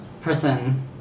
person